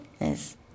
Yes